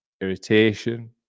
irritation